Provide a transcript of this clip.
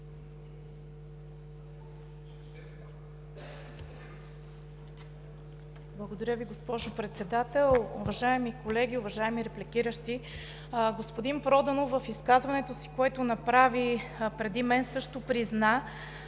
Благодаря Ви, госпожо Председател. Уважаеми колеги, уважаеми репликиращи! Господин Проданов в изказването си, което направи преди мен, също призна,